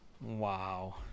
Wow